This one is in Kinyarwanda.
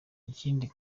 ikindi